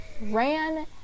ran